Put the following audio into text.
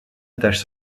attache